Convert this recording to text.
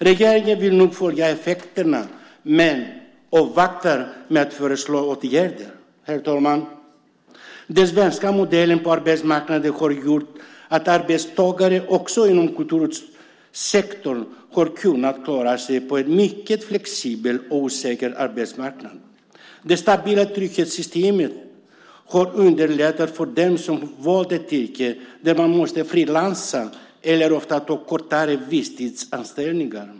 Regeringen vill noga följa effekterna men avvaktar med att föreslå åtgärder. Herr talman! Den svenska modellen på arbetsmarknaden har gjort att arbetstagare, också inom kultursektorn, har kunnat klara sig på en mycket flexibel och osäker arbetsmarknad. De stabila trygghetssystemen har underlättat för dem som valt ett yrke där man måste frilansa eller ofta ta kortare visstidsanställningar.